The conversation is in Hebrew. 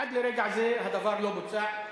עד לרגע זה הדבר לא בוצע.